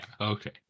Okay